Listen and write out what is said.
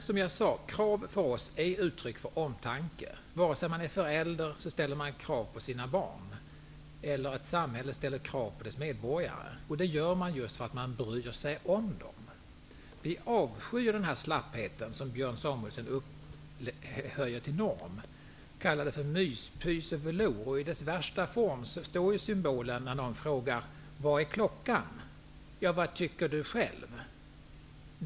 Som jag sade är krav för oss uttryck för omtanke, vare sig det är fråga om en förälder som ställer krav på sina barn eller ett samhälle som ställer krav på sina medborgare. Det gör man just därför att man bryr sig om. Vi avskyr den slapphet som Björn Samuelson upphöjer till norm. Man kan kalla det mys-pys eller velour. I dess värsta form står symbolen när någon frågar: Vad är klockan? Och den som svarar säger: Vad tycker du själv?